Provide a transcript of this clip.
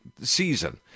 season